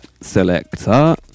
selector